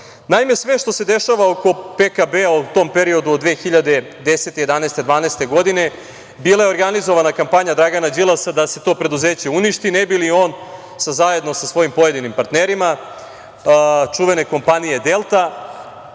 tačno. Naime, sve što se dešava oko PKB-a u tom periodu od 2010, 2011, 2012. godine bila je organizovanja kampanja Dragana Đilasa da se to preduzeće uništi, ne bi li se on zajedno sa svojim pojedinim partnerima čuvene kompanije „Delta“